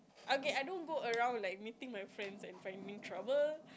okay I don't go around like meeting my friends and finding trouble